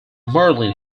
marlin